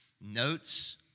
notes